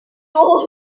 girls